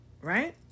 right